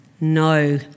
No